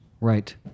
right